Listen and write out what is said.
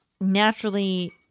Naturally